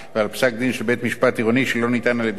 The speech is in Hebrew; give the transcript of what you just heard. עירוני שלא ניתן על-ידי שופט של בית-משפט שלום.